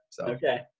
Okay